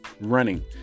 running